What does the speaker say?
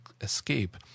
escape